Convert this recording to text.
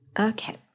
Okay